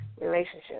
relationship